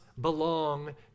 belong